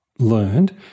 Learned